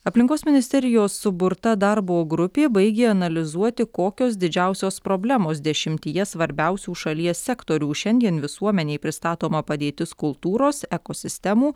aplinkos ministerijos suburta darbo grupė baigė analizuoti kokios didžiausios problemos dešimtyje svarbiausių šalies sektorių šiandien visuomenei pristatoma padėtis kultūros ekosistemų